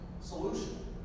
solution